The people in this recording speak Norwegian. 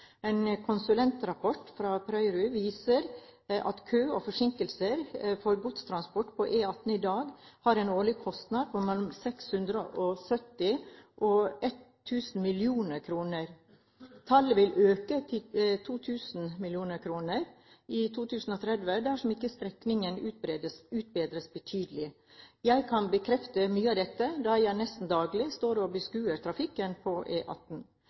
En konsulentrapport fra Pöyry viser at kø og forsinkelser for godstransport på E18 i dag har en årlig kostnad på mellom 670 og 1 000 mill. kr. Tallet vil øke til 2 050 mill. kr i 2030 dersom ikke strekningen utbedres betydelig. Jeg kan bekrefte mye av dette, da jeg nesten daglig står og beskuer trafikken på